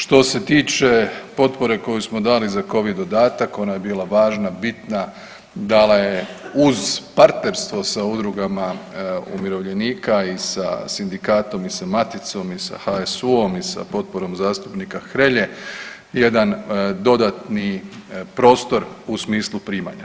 Što se tiče potpore koju smo dali za Covid dodatak ona je bila važna, bitna dala je uz partnerstvo sa udrugama umirovljenika i sa sindikatom i sa maticom i sa HSU-om i potporom zastupnika Hrelje jedan dodatni prostor u smislu primanja.